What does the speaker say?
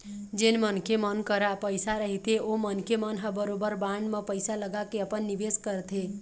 जेन मनखे मन करा पइसा रहिथे ओ मनखे मन ह बरोबर बांड म पइसा लगाके अपन निवेस करथे